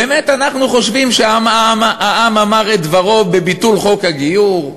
באמת אנחנו חושבים שהעם אמר את דברו בביטול חוק הגיור?